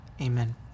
amen